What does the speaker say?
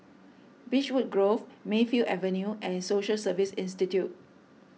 Beechwood Grove Mayfield Avenue and Social Service Institute